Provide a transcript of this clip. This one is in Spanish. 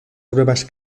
pruebas